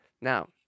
Now